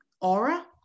aura